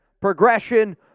progression